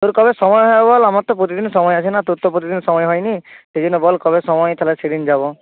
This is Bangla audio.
তোর কবে সময় হবে বল আমার তো প্রতিদিনই সময় আছে না তোর তো প্রতিদিন সময় হয় নি সেই জন্য বল কবে সময় তাহলে সেদিন যাব